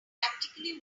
practically